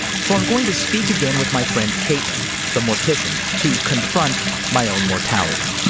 so i'm going to speak again with my friend caitlin the mortician to confront my own mortality.